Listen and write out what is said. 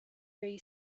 very